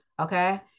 okay